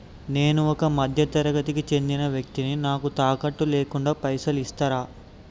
నేను ఒక మధ్య తరగతి కి చెందిన వ్యక్తిని నాకు తాకట్టు లేకుండా పైసలు ఇస్తరా?